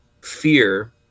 fear